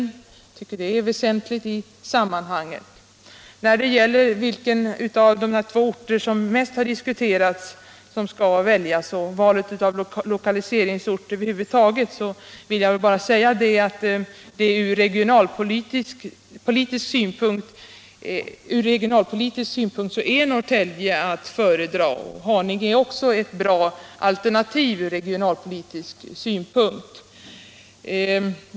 Jag menar att det är väsentligt i sammanhanget. När det gäller vilken ort som skall väljas av de två orter som mest har diskuterats eller valet av lokaliseringsort över huvud taget i Stockholmsområdet vill jag bara säga att från regionalpolitisk synpunkt är Norrtälje att föredra. Haninge är också ett bra alternativ från regionalpolitisk synpunkt.